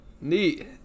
Neat